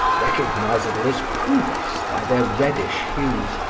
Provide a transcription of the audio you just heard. recognizable as proofs by their reddish hues,